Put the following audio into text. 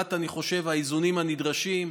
בליבת האיזונים הנדרשים,